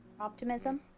Optimism